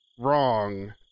Wrong